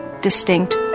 distinct